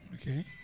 okay